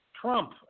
Trump